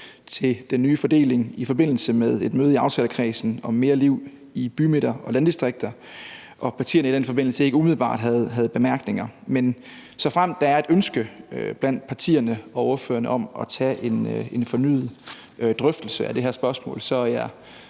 til den nye fordeling i forbindelse med et møde i aftalekredsen om mere liv i bymidter og landdistrikter, og at partierne i den forbindelse ikke umiddelbart havde bemærkninger. Men såfremt der er et ønske blandt partierne og ordførerne om at tage en fornyet drøftelse af det her spørgsmål, er jeg